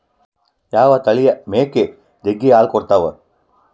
ಯಾವ ತಳಿಯ ಮೇಕೆ ಜಗ್ಗಿ ಹಾಲು ಕೊಡ್ತಾವ?